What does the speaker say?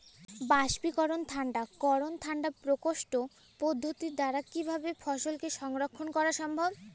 বাষ্পীকরন ঠান্ডা করণ ঠান্ডা প্রকোষ্ঠ পদ্ধতির দ্বারা কিভাবে ফসলকে সংরক্ষণ করা সম্ভব?